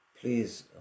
please